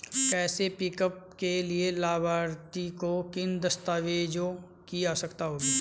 Cash pickup के लिए लाभार्थी को किन दस्तावेजों की आवश्यकता होगी?